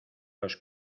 los